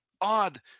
odd